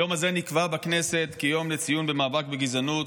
היום הזה נקבע בכנסת כיום לציון המאבק בגזענות,